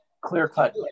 clear-cut